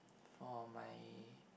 for my